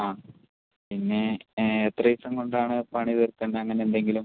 ആ പിന്നെ എത്ര ദിവസം കൊണ്ടാണ് പണി തീർക്കേണ്ടത് അങ്ങനെ എന്തെങ്കിലും